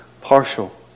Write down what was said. partial